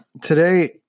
Today